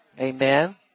Amen